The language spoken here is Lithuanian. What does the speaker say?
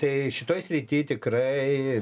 tai šitoj srity tikrai